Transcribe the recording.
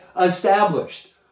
established